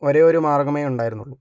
ഒരേ ഒരു മാർഗ്ഗമേ ഉണ്ടായിരുന്നുള്ളു